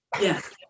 yes